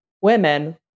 women